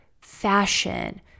fashion